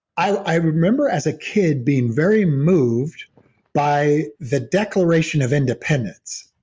i remember as a kid being very moved by the declaration of independence.